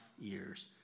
years